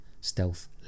stealth